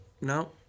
No